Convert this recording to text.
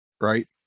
right